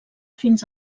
fins